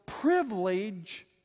privilege